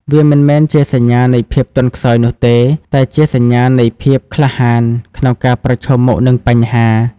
វាមិនមែនជាសញ្ញានៃភាពទន់ខ្សោយនោះទេ តែជាសញ្ញានៃ ភាពក្លាហាន ក្នុងការប្រឈមមុខនឹងបញ្ហា។